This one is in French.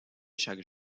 chaque